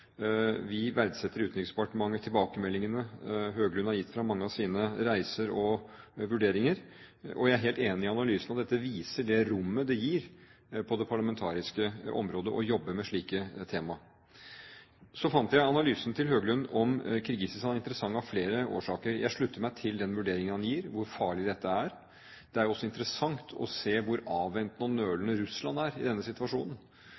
Vi i Utenriksdepartementet verdsetter tilbakemeldingene Høglund har gitt fra mange av sine reiser og vurderinger. Jeg er helt enig i analysen, og dette viser det rommet det gir å jobbe med slike tema på det parlamentariske området. Så fant jeg analysen til Høglund om Kirgisistan interessant av flere årsaker. Jeg slutter meg til den vurderingen han gir av hvor farlig dette er. Det er interessant å se hvor avventende og nølende Russland er i denne situasjonen